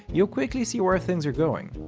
you'll quickly see where things are going.